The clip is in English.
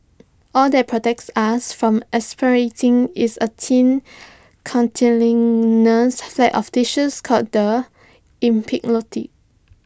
all that protects us from aspirating is A thin cartilaginous flap of tissue called the epiglottis